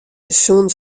soenen